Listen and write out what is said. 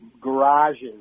garages